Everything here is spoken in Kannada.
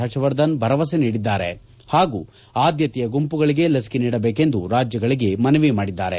ಪರ್ಷವರ್ಧನ್ ಭರವಸೆ ನೀಡಿದ್ದಾರೆ ಹಾಗೂ ಆದ್ಯತೆಯ ಗುಂಪುಗಳಿಗೆ ಲಸಿಕೆ ನೀಡಬೇಕೆಂದು ರಾಜ್ಯಗಳಿಗೆ ಮನವಿ ಮಾಡಿದ್ದಾರೆ